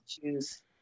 choose